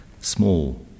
small